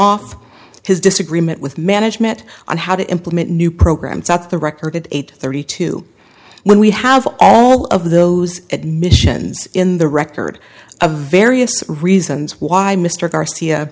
off his disagreement with management on how to implement new programs out the record eight thirty two when we have all of those admissions in the record a various reasons why mr garcia